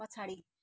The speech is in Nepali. पछाडि